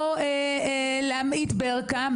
לא להמעיט בערכן,